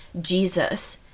Jesus